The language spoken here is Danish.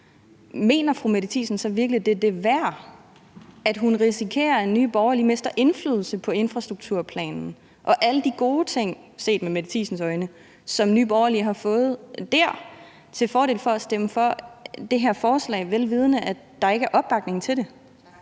mener fru Mette Thiesen så virkelig, at det er det værd, i forhold til at hun risikerer, at Nye Borgerlige mister indflydelse på infrastrukturplanen og på alle de gode ting, set med Mette Thiesens øjne, som Nye Borgerlige har fået dér, til fordel for at stemme for det her forslag, vel vidende at der ikke er opbakning til det?